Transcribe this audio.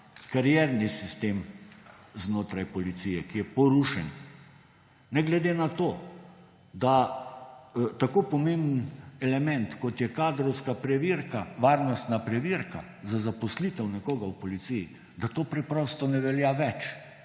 karierni sistem znotraj Policije, ki je porušen. Ne glede na to, da tako pomemben element, kot je kadrovska preverka, varnostna preverka za zaposlitev nekoga v Policiji, preprosto ne velja več,